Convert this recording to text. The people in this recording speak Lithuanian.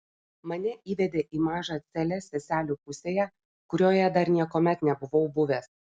mane įvedė į mažą celę seselių pusėje kurioje dar niekuomet nebuvau buvęs